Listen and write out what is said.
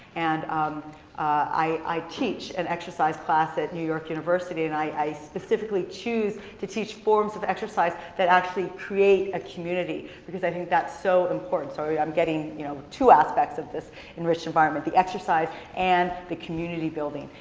and um i teach an and exercise class at new york university, and i specifically choose to teach forms of exercise that actually create a community, because i think that's so important. so yeah i'm getting you know two aspects of this enriched environment, the exercise and the community building.